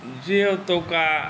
जे ओतुका